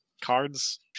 Cards